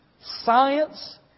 Science